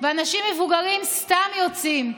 ואנשים מבוגרים סתם יוצאים.